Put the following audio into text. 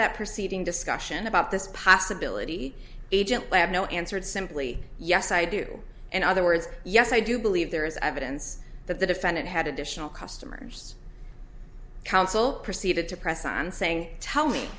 that proceeding discussion about this possibility agent i have no answered simply yes i do and other words yes i do believe there is evidence that the defendant had additional customers counsel proceeded to present saying tell me